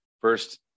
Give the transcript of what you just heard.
First